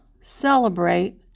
celebrate